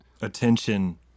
Attention